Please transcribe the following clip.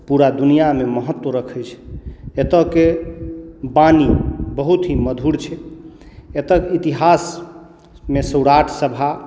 पूरा दुनिआँमे अपन महत्व रखैत छै एतय के वाणी बहुत ही मधुर छै एतय के इतिहासमे सौराठ सभा